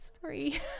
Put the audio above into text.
sorry